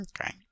Okay